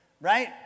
right